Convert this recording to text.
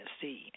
see